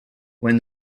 when